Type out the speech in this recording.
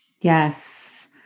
Yes